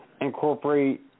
incorporate